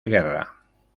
guerra